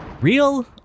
real